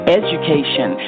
education